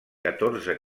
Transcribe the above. catorze